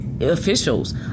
officials